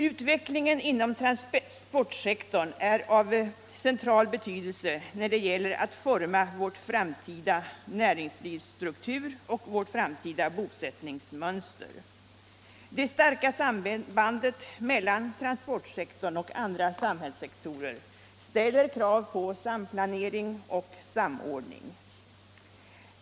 Utvecklingen inom transportsektorn är av central betydelse när det gäller att forma vår framtida näringslivsstruktur och vårt framtida bosättningsmönster. Det starka sambandet mellan transportsektorn och andra samhällssektorer ställer krav på samplanering och samordning.